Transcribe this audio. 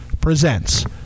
presents